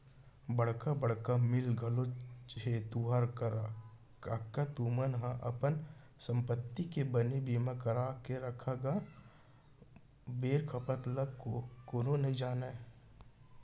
बड़का बड़का मील घलोक हे तुँहर करा कका तुमन ह अपन संपत्ति के बने बीमा करा के रखव गा बेर बखत ल कोनो नइ जानय